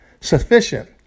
sufficient